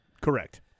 correct